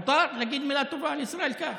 מותר להגיד מילה טובה לישראל כץ?